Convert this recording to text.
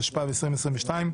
התשפ"ב-2022,